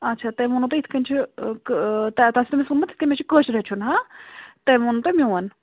اچھا تمۍ ووٚنو تُہۍ یِتھ کٔنۍ چھِ کہِ مےٚ چھُ کٲشُر ہیوٚچھُن تمۍ ووٚن تُہۍ میون